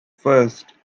first